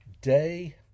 day